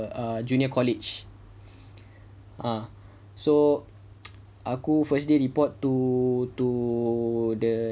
a junior college ah so aku first day report to to the